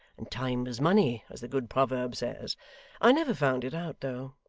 and time is money as the good proverb says i never found it out though.